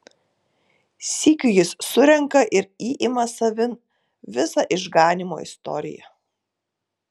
sykiu jis surenka ir įima savin visą išganymo istoriją